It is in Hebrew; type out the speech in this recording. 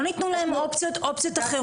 לא ניתנו להם אופציות אחרות,